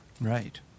Right